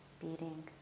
beating